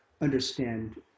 understand